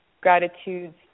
Gratitudes